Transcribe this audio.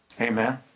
Amen